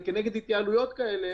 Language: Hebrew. וכנגד התייעלויות כאלה,